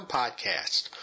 podcast